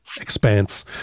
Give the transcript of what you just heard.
expanse